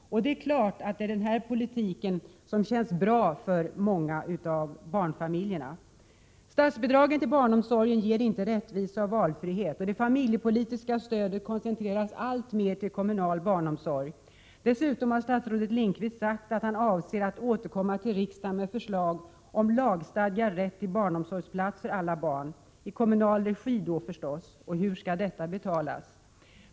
Det är klart att den politiken känns bra för många av barnfamiljerna. Statsbidragen till barnomsorgen ger inte rättvisa och valfrihet, och det familjepolitiska stödet koncentreras alltmer till kommunal barnomsorg. Dessutom har statsrådet Lindqvist sagt att han avser att återkomma till riksdagen med förslag om lagstadgad rätt till barnomsorgsplats för alla barn. I kommunal regi då förstås — och hur skall detta betalas?